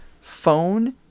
Phone